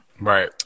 Right